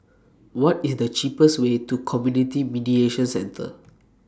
What IS The cheapest Way to Community Mediation Centre